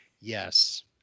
Yes